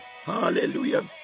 hallelujah